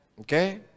Okay